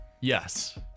Yes